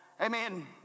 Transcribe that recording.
Amen